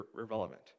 irrelevant